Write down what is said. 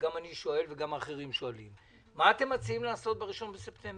וגם אני שואל והאחרים שואלים: מה אתם מציעים לעשות ב-1 בספטמבר?